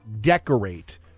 decorate